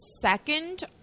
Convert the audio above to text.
second